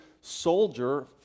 soldier